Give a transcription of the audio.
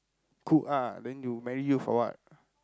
cook ah then you marry you for what